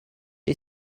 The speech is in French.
est